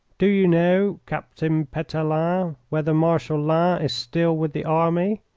do you know, captain pelletan, whether marshal lannes is still with the army?